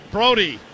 Brody